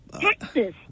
Texas